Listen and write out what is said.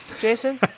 Jason